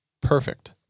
perfect